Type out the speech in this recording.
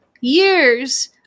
years